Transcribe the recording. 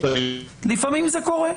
לפעמים זה קורה.